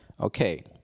Okay